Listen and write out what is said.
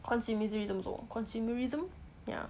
consumerism consumerism